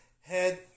head